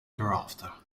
thereafter